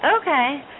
Okay